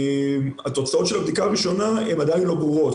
התוצאות של הבדיקה הראשונה עדיין לא ברורות,